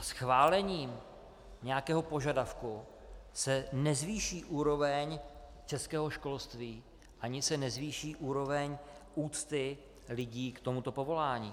Schválením nějakého požadavku se nezvýší úroveň českého školství ani se nezvýší úroveň úcty lidí k tomuto povolání.